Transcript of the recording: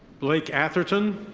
blake atherton.